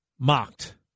Mocked